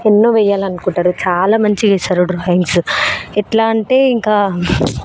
ఎన్నో వేయాలనుకుంటారు చాలా మంచిగా వేస్తారు డ్రాయింగ్స్ ఎట్లా అంటే ఇంకా